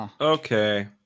Okay